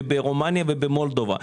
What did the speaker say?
ברומניה ובמולדובה.